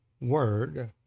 word